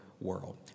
world